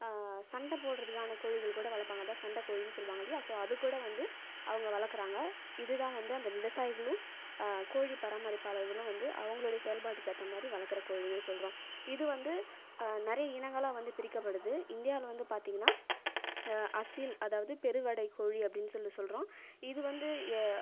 சண்டை போடறதுக்கான கோழிகள் கூட வளர்ப்பாங்க அது தான் சண்டை கோழினு சொல்லுவாங்க இல்லையா ஸோ அது கூட வந்து அவங்க வளர்க்கிறாங்க இது தான் வந்து அந்த விவசாயிகளும் கோழி பராமரிப்பாளர்களும் வந்து அவங்களுடைய செயல்பாட்டுக்கு ஏற்ற மாதிரி வளர்க்கிற கோழினு சொல்கிறோம் இது வந்து நிறைய இனங்களாக வந்து பிரிக்கப்படுது இந்தியாவில் வந்து பார்த்திங்கன்னா அசில் அதாவது பெருவடை கோழி அப்படின்னு சொல்லி சொல்கிறோம்